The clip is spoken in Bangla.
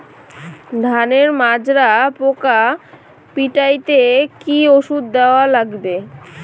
ধানের মাজরা পোকা পিটাইতে কি ওষুধ দেওয়া লাগবে?